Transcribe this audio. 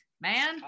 man